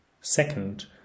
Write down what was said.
Second